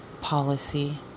policy